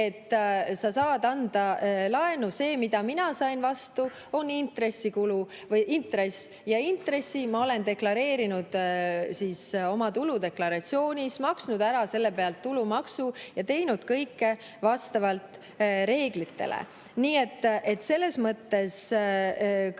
Sa saad anda laenu. See, mida mina sain vastu, on intress. Ja intressi ma olen deklareerinud oma tuludeklaratsioonis, maksnud selle pealt tulumaksu ja teinud kõike vastavalt reeglitele. Nii et selles mõttes kõik